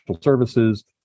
services